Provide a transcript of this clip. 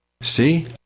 See